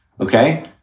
Okay